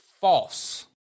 false